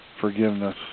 forgiveness